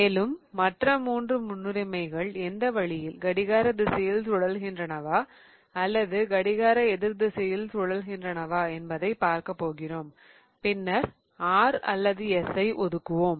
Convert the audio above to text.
மேலும் மற்ற மூன்று முன்னுரிமைகள் எந்த வழியில் கடிகார திசையில் சுழல்கின்றனவா அல்லது கடிகார எதிர் திசையில் சுழல்கின்றனவா என்பதைப் பார்க்கப் போகிறோம் பின்னர் R அல்லது S ஐ ஒதுக்குவோம்